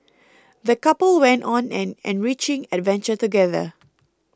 the couple went on an enriching adventure together